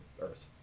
earth